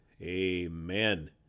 amen